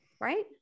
right